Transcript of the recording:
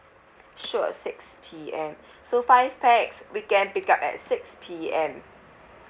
sure six P_M so five pax weekend pick up at six P_M